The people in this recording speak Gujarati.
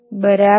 બરાબર